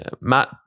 Matt